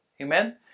Amen